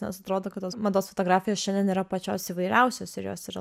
nes atrodo kad tos mados fotografijos šiandien yra pačios įvairiausios ir jos yra